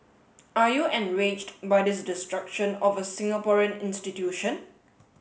are you enraged by this destruction of a Singaporean institution